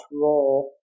role